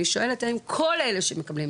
אני שואלת האם כל אלה שמקבלים,